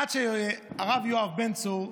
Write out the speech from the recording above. עד שהרב יואב בן צור,